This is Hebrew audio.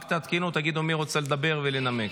רק תעדכנו, תגידו מי רוצה לדבר ולנמק.